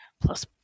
Plus